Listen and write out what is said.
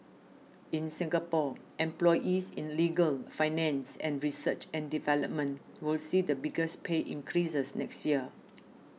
in Singapore employees in legal finance and research and development will see the biggest pay increases next year